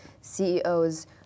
CEOs